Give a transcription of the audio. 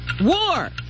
war